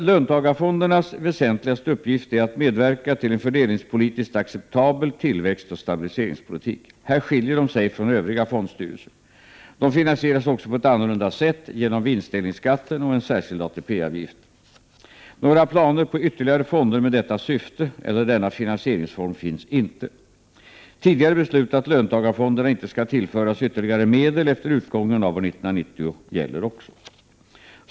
Löntagarfondernas väsentligaste uppgift är att medverka till en fördelningspolitiskt acceptabel tillväxtoch stabiliseringspolitik. Här skiljer de sig från övriga fondstyrelser. De finansieras också på ett annorlunda sätt; genom vinstdelningsskatten och en särskild ATP-avgift. Några planer på ytterligare fonder med detta syfte eller denna finansieringsform finns inte. Tidigare beslut att löntagarfonderna inte skall tillföras ytterligare medel efter utgången av år 1990 gäller också.